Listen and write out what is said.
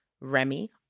Remy